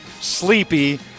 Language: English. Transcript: sleepy